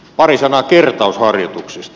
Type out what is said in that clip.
pari sanaa kertausharjoituksista